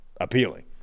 appealing